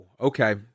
okay